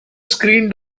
screen